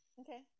Okay